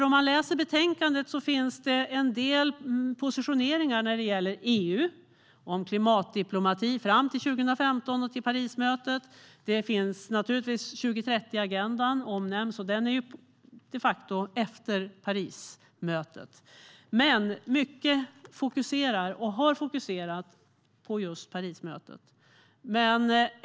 Om man läser betänkandet ser man att det finns en del positioneringar när det gäller EU och om klimatdiplomati fram till 2015 och Parismötet. 2030-agendan omnämns, och den är de facto efter Parismötet, men mycket fokuserar och har fokuserat på just Parismötet.